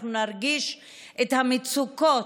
אנחנו נרגיש את המצוקות,